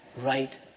right